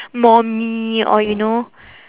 more me or you know